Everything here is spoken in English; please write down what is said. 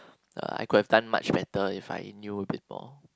uh I could have done much better if I knew a bit more